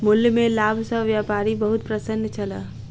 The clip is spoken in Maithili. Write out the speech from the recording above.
मूल्य में लाभ सॅ व्यापारी बहुत प्रसन्न छल